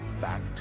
Fact